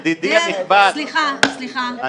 סליחה,